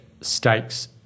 Stakes